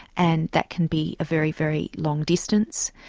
and that can be a very, very long distance.